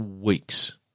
weeks